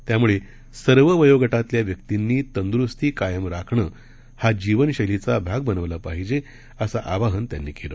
त्यामूळे सर्व वयोगटातल्या व्यक्तिंनी तंदूरूस्ती कायम राखणं हा जीवनशैलीचा भाग बनवला पाहिजे असं आवाहन त्यांनी केलं